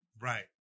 right